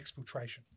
exfiltration